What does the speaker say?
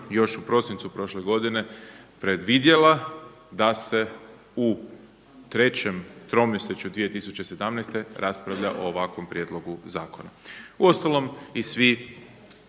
još u prosincu prošle godine predvidjela da se u trećem tromjesečju 2017. raspravlja o ovakvom prijedlogu zakona. Uostalom i svi